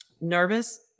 nervous